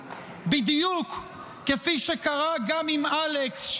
בדיוק כפי שקרה גם עם אלכס,